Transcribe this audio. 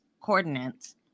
coordinates